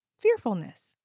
Fearfulness